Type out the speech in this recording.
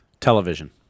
Television